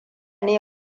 ne